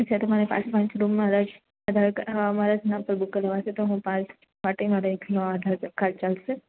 ઠીક છે તો મારે પાંચે પાંચ રૂમમાં અલગ આધાર મારા જ નામ પર બુક કરવા છે તો હુ પાંચ નો એકનો આધાર કાર્ડ ચાલસે